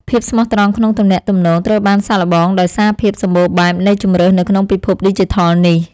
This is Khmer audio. ភាពស្មោះត្រង់ក្នុងទំនាក់ទំនងត្រូវបានសាកល្បងដោយសារភាពសម្បូរបែបនៃជម្រើសនៅក្នុងពិភពឌីជីថលនេះ។